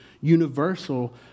universal